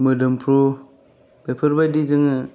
मोदोमफ्रु बेफोरबायदि जोङो